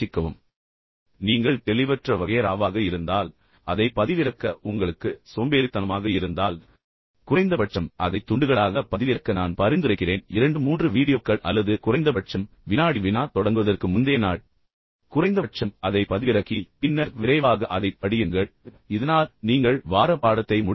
இப்போது நீங்கள் தெளிவற்ற வகையறாவாக இருந்தால் அதை பதிவிறக்க உங்களுக்கு சோம்பேறித்தனமாக இருந்தால் குறைந்தபட்சம் அதை துண்டுகளாக பதிவிறக்க நான் பரிந்துரைக்கிறேன் 2 3 வீடியோக்கள் அல்லது குறைந்தபட்சம் வினாடி வினா தொடங்குவதற்கு முந்தைய நாள் குறைந்தபட்சம் அதை பதிவிறக்கி பின்னர் விரைவாக அதைச் படியுங்கள் இதனால் நீங்கள் வார பாடத்தை முடிப்பீர்கள்